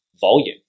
volume